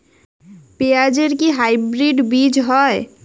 পেঁয়াজ এর কি হাইব্রিড বীজ হয়?